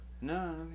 No